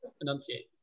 enunciate